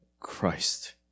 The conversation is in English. Christ